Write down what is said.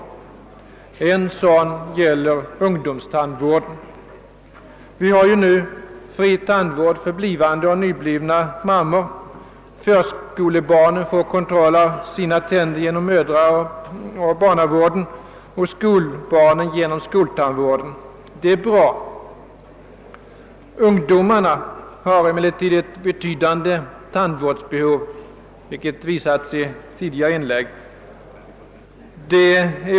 En sådan gäller ungdomstandvården. Vi har nu fri tandvård för blivande och nyblivna mammor, förskolebarn får kontroll av sina tänder genom barnavården och skolbarnen genom skoltandvården. Detta är bra. Ungdomarna har emellertid ett betydande tandvårdsbehov, vilket visats i tidigare inlägg.